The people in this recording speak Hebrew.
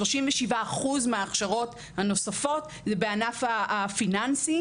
הכשרות אגב 37% מאפשרות הנוספות זה בענף הפיננסי.